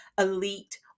elite